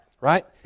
right